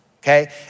okay